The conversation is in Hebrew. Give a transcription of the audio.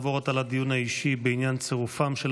נעבור עתה לדיון האישי בעניין צירופם של